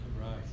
Right